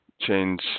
change